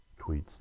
Tweets